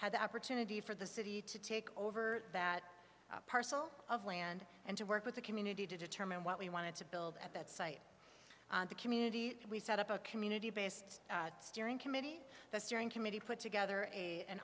had the opportunity for the city to take over that parcel of land and to work with the community to determine what we wanted to build at that site the community we set up a community based steering committee the steering committee put together a